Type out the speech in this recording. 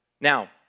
Now